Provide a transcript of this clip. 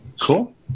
Cool